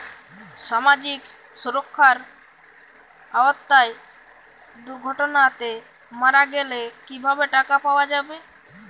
সামাজিক সুরক্ষার আওতায় দুর্ঘটনাতে মারা গেলে কিভাবে টাকা পাওয়া যাবে?